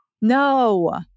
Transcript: No